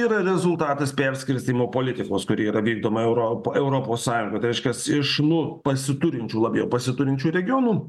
yra rezultatas perskirstymo politikos kuri yra vykdoma europa europos sąjungos reiškia iš nu pasiturinčių labiau pasiturinčių regionų